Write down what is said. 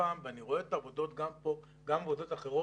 ואני רואה את העבודות גם כאן וגם עבודות אחרות,